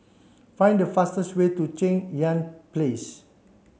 find the fastest way to Cheng Yan Place